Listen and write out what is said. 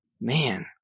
Man